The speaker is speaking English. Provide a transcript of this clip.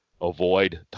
Avoid